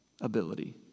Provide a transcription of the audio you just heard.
ability